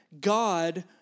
God